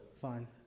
Fine